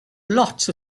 lots